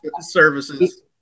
services